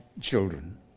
children